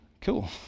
cool